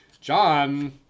John